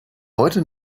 heute